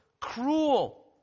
cruel